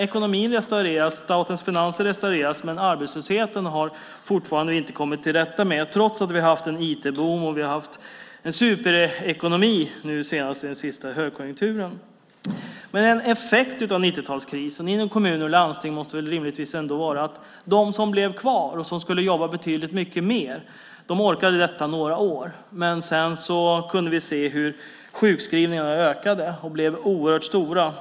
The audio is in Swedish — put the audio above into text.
Ekonomin restaureras, statens finanser restaureras men arbetslösheten har vi fortfarande inte kommit till rätta med, trots att vi har haft en IT-boom och en superekonomi i den senaste högkonjunkturen. En effekt av 90-talskrisen i kommuner och landsting är väl ändå att de som blev kvar och alltså skulle jobba betydligt mer inte orkade göra det i så många år. Sedan kunde vi se hur sjukskrivningarna ökade och blev oerhört stora.